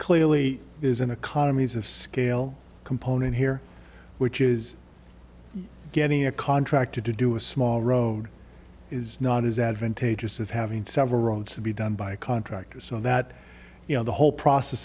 clearly isn't economies of scale component here which is getting a contract to do a small road is not as advantageous of having several rounds to be done by a contractor so that you know the whole process